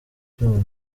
byuma